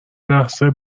لحظه